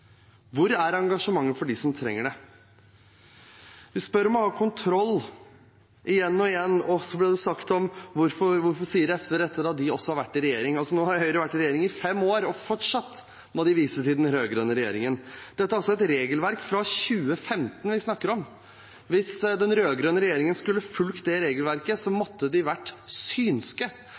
Hvor er engasjementet for dem som trenger det? Man spør om å ha kontroll. Igjen og igjen blir det sagt: Hvorfor sier SV dette når de også har vært i regjering? Nå har Høyre vært i regjering i fem år, og fortsatt må de vise til den rød-grønne regjeringen. Det er altså et regelverk fra 2015 vi snakker om. Hvis den rød-grønne regjeringen skulle fulgt det regelverket, måtte de ha vært synske.